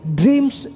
dreams